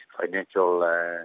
financial